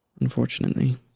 unfortunately